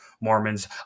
Mormons